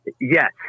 Yes